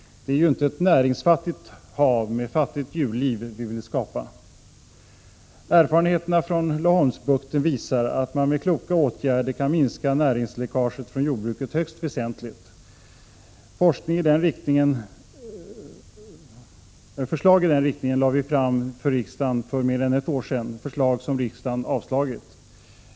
Det är ju inte ett näringsfattigt hav med fattigt djurliv vi vill skapa. Erfarenheter från Laholmsbukten visar att man med kloka åtgärder kan minska näringsläckaget från jordbruket högst väsentligt. Förslag i den riktningen lade vi fram för riksdagen för mer än ett år sedan — förslag som riksdagen avslagit.